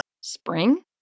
Spring